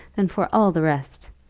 than for all the rest.